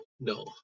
no